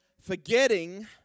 forgetting